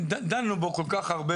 דנו בו כל כך הרבה,